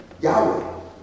Yahweh